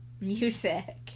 Music